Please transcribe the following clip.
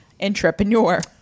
entrepreneur